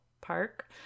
Park